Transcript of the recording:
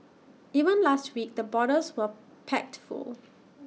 even last week the borders were packed full